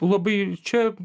labai čia